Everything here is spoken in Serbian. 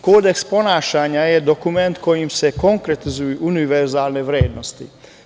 Kodeks ponašanja je dokument koji se konkretizuju univerzalne vrednosti.